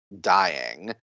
dying